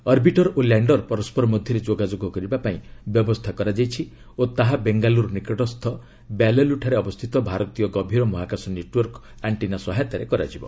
orbiter ଓ lander ପରସ୍କର ମଧ୍ୟରେ ଯୋଗାଯୋଗ କରିବା ପାଇଁ ବ୍ୟବସ୍ଥା ରଖାଯାଇଛି ଓ ତାହା ବେଙ୍ଗାଲୁରୁ ନିକଟସ୍ଥ ବ୍ୟାଲାଲୁଠାରେ ଅବସ୍ଥିତ ଭାରତୀୟ ଗଭୀର ମହାକାଶ ନେଟୱାର୍କ ଆଷ୍ଟିନା ସହାୟତାରେ କରାଯିବ